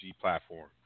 platform